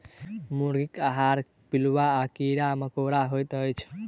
मुर्गीक आहार पिलुआ आ कीड़ा मकोड़ा होइत अछि